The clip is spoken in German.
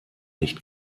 nicht